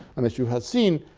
and as you have seen,